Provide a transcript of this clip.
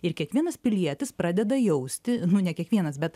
ir kiekvienas pilietis pradeda jausti ne kiekvienas bet